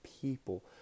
people